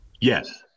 Yes